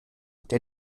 der